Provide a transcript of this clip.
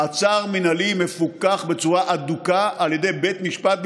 מעצר מינהלי מפוקח בצורה הדוקה על ידי בית משפט בישראל,